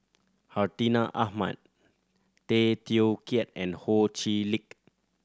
Hartinah Ahmad Tay Teow Kiat and Ho Chee Lick